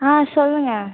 ஆ சொல்லுங்கள்